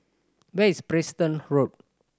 where is Preston Road